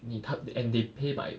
你 time and they pay by